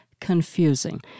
confusing